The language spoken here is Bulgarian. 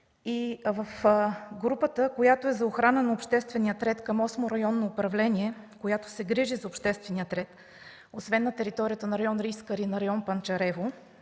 Групата за охрана на обществения ред към Осмо районно управление, която се грижи за обществения ред, освен на територията на Район Искър и на Район Панчарево,